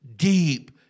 deep